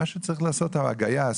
מה שצריך לעשות, הגייס